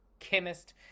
chemist